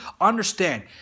understand